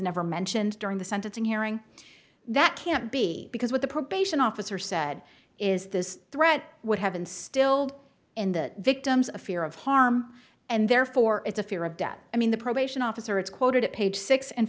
never mentioned during the sentencing hearing that can't be because what the probation officer said is this threat would have instilled in the victims a fear of harm and therefore it's a fear of death i mean the probation officer it's quoted at page six and